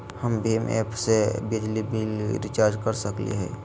हम भीम ऐप से बिजली बिल रिचार्ज कर सकली हई?